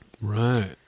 Right